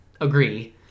agree